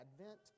Advent